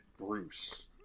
Bruce